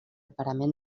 parament